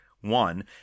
one